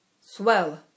Swell